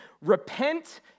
repent